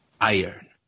iron